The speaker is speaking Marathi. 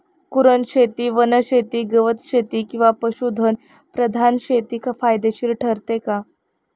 कुरणशेती, वनशेती, गवतशेती किंवा पशुधन प्रधान शेती फायदेशीर ठरते का?